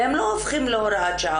והם לא הופכים להוראת שעה.